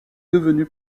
devenu